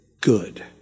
good